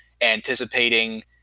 anticipating